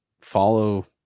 follow